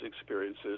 experiences